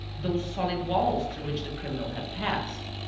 those solid walls through which the criminal had passed.